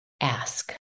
ask